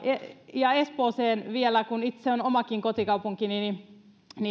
ja espooseen vielä kun se on omakin kotikaupunkini